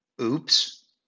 Oops